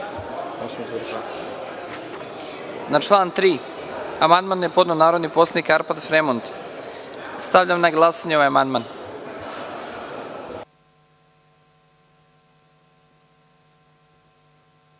član 3. amandman je podneo narodni poslanik Arpad Fremond. Stavljam na glasanje ovaj amandman. Molim